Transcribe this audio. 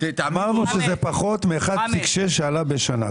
אמרנו שזה פחות מ-1.6 שעלה בשנה,